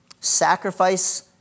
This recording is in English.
Sacrifice